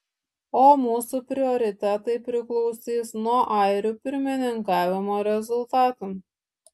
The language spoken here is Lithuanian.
o mūsų prioritetai priklausys nuo airių pirmininkavimo rezultatų